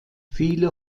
viele